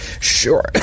Sure